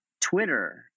Twitter